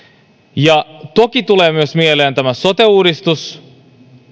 toki tulee mieleen myös tämä sote uudistus